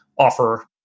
offer